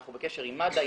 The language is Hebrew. אנחנו בקשר עם מד"א,